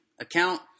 account